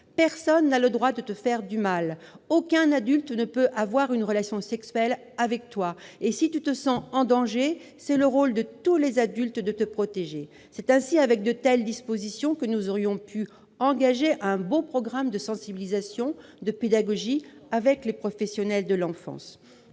Personne n'a le droit de te faire du mal. Aucun adulte ne peut avoir une relation sexuelle avec toi, et, si tu te sens en danger, c'est le rôle de tous les adultes de te protéger. » C'est avec de telles dispositions que nous aurions pu engager un beau programme de sensibilisation, de pédagogie, avec les professionnels de l'enfance.